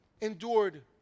endured